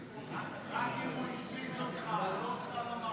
רק אם הוא השמיץ אותך, לא סתם אמר שם.